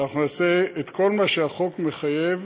ואנחנו נעשה את כל מה שהחוק מחייב